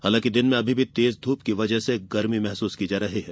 हालांकि दिन में अभी भी तेज धूप की वजह से गर्मी महसूस की जा रही है